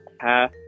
half